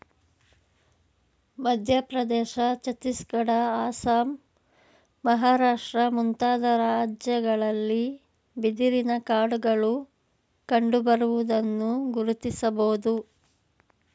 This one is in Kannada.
ಮಧ್ಯಪ್ರದೇಶ, ಛತ್ತೀಸ್ಗಡ, ಅಸ್ಸಾಂ, ಮಹಾರಾಷ್ಟ್ರ ಮುಂತಾದ ರಾಜ್ಯಗಳಲ್ಲಿ ಬಿದಿರಿನ ಕಾಡುಗಳು ಕಂಡುಬರುವುದನ್ನು ಗುರುತಿಸಬೋದು